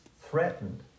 threatened